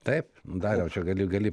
taip dariau čia gali gali